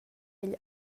egl